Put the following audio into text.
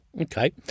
Okay